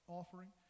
offering